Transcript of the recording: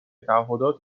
تعهدات